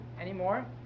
anymore